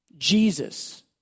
Jesus